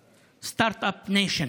סטרטאפ", סטרטאפ ניישן.